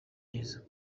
neza